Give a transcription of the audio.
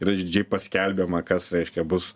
yra išdidžiai paskelbiama kas reiškia bus